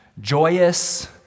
joyous